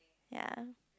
ya